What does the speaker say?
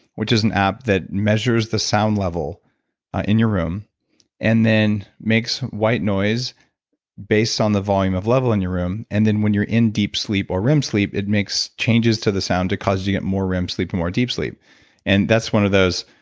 which is an app that measures the sound level in your room and then makes white noise based on the volume of level in your room and then when you're in deep sleep or rem sleep, it makes changes to the sound to cause you to get more rem sleep and more deep sleep and that's one of those.